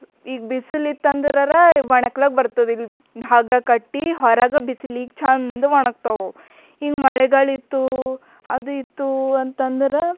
ಈಗ ಬಿಸಿಲಿತ್ತು ಅಂದರರಾ ಒಣ ಹಾಕ್ಲಕ್ ಬರ್ತದ ಹಗ್ಗ ಕಟ್ಟಿ ಹೊರಗೆ ಬಿಸಿಲಿಗೆ ಚೆಂದ ಒಣಗ್ತಾವ ಅವು ಹಿಂಗೆ ಮಳೆಗಳಿತ್ತು ಅದು ಇತ್ತು ಅಂತಂದ್ರೆ